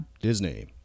Disney